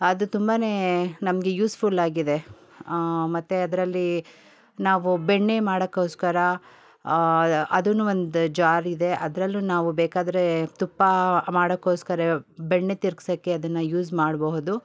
ಅದು ತುಂಬ ನಮಗೆ ಯೂಸ್ಫುಲ್ಲಾಗಿದೆ ಮತ್ತು ಅದರಲ್ಲೀ ನಾವು ಬೆಣ್ಣೆ ಮಾಡೋಕ್ಕೋಸ್ಕರ ಅದು ಒಂದು ಜಾರಿದೆ ಅದರಲ್ಲು ನಾವು ಬೇಕಾದರೆ ತುಪ್ಪ ಮಾಡೋಕ್ಕೋಸ್ಕರ ಬೆಣ್ಣೆ ತಿರುಗ್ಸಕ್ಕೆ ಅದನ್ನು ಯೂಸ್ ಮಾಡಬಹುದು